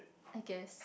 I guess